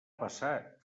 passat